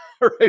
right